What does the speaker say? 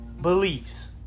beliefs